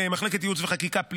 למחלקת ייעוץ וחקיקה,